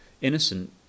innocent